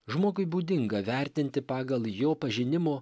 žmogui būdinga vertinti pagal jo pažinimo